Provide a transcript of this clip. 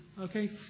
Okay